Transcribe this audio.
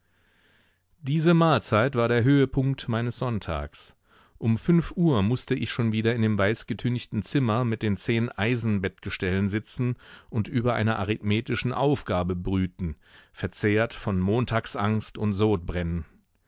diese mahlzeit war der höhepunkt meines sonntags um fünf uhr mußte ich schon wieder in dem weißgetünchten zimmer mit den zehn eisenbettgestellen sitzen und über einer arithmetischen aufgabe brüten verzehrt von montagsangst und sodbrennen